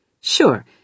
Sure